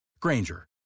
Granger